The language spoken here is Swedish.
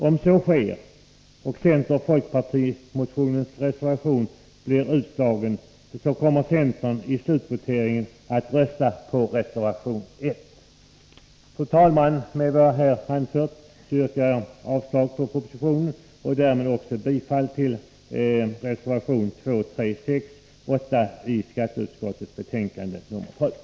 Om så sker — och centeroch folkpartireservationen blir utslagen — kommer centern i slutvoteringen att rösta på reservation 1. Fru talman! Med det anförda yrkar jag bifall till reservation 2, 3, 6 och 8 i skatteutskottets betänkande nr 12.